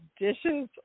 dishes